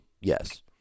Yes